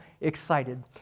excited